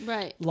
Right